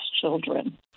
children